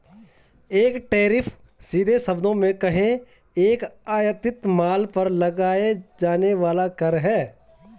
एक टैरिफ, सीधे शब्दों में कहें, एक आयातित माल पर लगाया जाने वाला कर है